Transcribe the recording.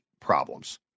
problems